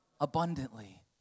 Abundantly